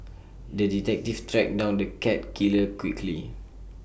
the detective tracked down the cat killer quickly